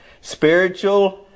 spiritual